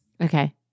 Okay